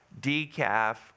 decaf